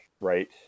right